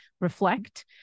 reflect